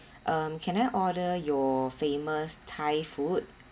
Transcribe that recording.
um can I order your famous thai food